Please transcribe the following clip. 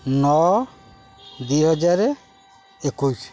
ନଅ ଦୁଇ ହଜାର ଏକୋଇଶ